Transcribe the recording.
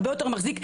הרבה יותר מחזיק.